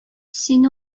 син